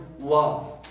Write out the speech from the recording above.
Love